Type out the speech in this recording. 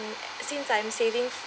and since I'm saving for